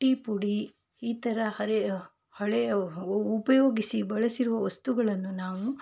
tea ಪುಡಿ ಈ ಥರ ಹರೆಯ ಹಳೆಯ ಉಪಯೋಗಿಸಿ ಬಳಸಿರುವ ವಸ್ತುಗಳನ್ನು ನಾವು